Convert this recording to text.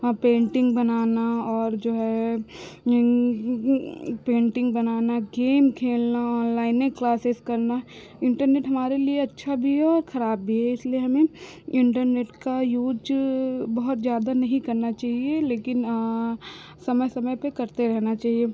हाँ पेन्टिन्ग बनाना और जो है पेन्टिन्ग बनाना गेम खेलना ऑनलाइनें क्लासेस करना इन्टरनेट हमारे लिए अच्छा भी है और खराब भी है इसलिए हमें इन्टरनेट का यूज़ बहुत ज़्यादा नहीं करना चाहिए लेकिन समय समय पर करते रहना चाहिए